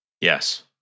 Yes